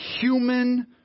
human